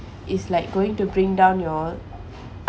it's like going to bring down your